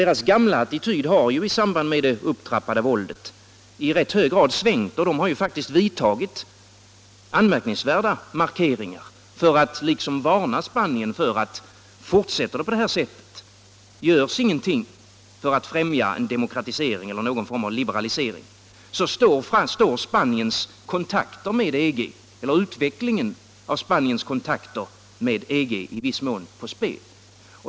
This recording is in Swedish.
Deras gamla attityd har i samband med det upptrappade våldet i rätt hög grad svängt, och de har faktiskt vidtagit anmärkningsvärda markeringar för att varna Spanien: Fortsätter det på det här sättet, görs ingenting för att främja en demokratisering eller någon form av liberalisering, så står utvecklingen av Spaniens kontakter med EG i viss mån på spel.